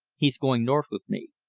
he's going north with me.